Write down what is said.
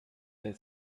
the